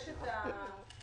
יש חלוקה הזאת?